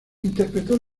interpretó